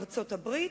ארצות-הברית,